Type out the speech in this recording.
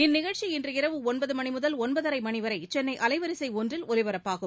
இந்நிகழ்ச்சி இன்று இரவு ஒன்பதுமணிமுதல் ஒன்பதரைமணிவரைசென்னைஅலைவரிசைஒன்றில் ஒலிபரப்பாகும்